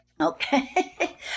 Okay